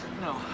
No